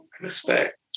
respect